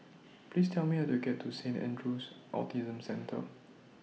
Please Tell Me How to get to Saint Andrew's Autism Centre